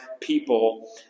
people